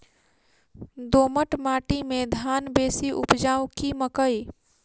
दोमट माटि मे धान बेसी उपजाउ की मकई?